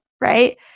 right